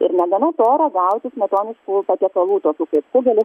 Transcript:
ir negana to ragauti smetoniškų patiekalų tokių kaip kugelis